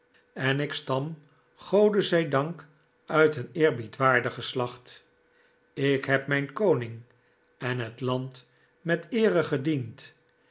en ik stam gode zij dank uit een eerbiedwaardig geslacht ik heb mijn koning en het land met eere gediend